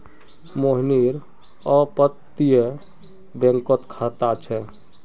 मोहनेर अपततीये बैंकोत खाता छे